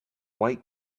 white